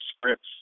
scripts